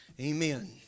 Amen